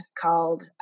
called